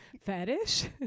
Fetish